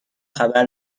خبر